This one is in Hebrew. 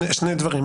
שני דברים.